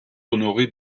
honoré